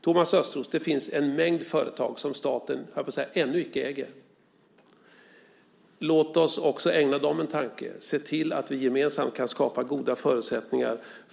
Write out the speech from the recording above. Det finns, Thomas Östros, en mängd företag som staten, höll jag på att säga, ännu icke äger. Låt oss ägna också dem en tanke och se till att vi gemensamt kan skapa goda förutsättningar.